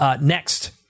Next